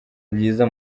byiza